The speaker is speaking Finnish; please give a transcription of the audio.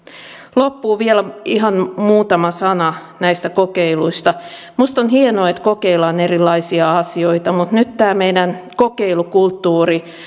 loppuun vielä ihan muutama sana näistä kokeiluista minusta on hienoa että kokeillaan erilaisia asioita mutta nyt tämä meidän kokeilukulttuuri